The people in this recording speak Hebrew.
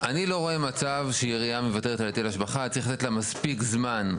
לא משנה אם עבר זמן או לא עבר זמן,